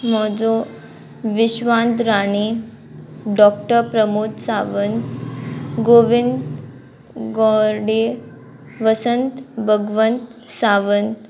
mojo विश्वांत Rane doctor Pramod Sawant Govind Gaude Vasant Bhagwant Sawant